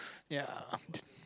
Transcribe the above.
ya